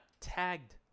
tagged